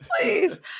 please